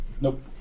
Nope